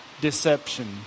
deception